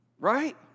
right